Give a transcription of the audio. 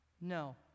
No